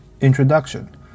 Introduction